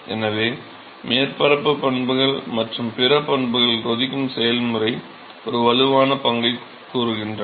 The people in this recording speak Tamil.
எனவே மேற்பரப்பு பண்புகள் மற்றும் பிற பண்புகள் கொதிக்கும் செயல்முறை ஒரு வலுவான பங்கை கூறுகின்றன